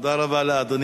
תודה רבה לאדוני.